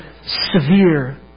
severe